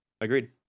Agreed